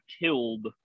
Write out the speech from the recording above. killed